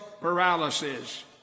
paralysis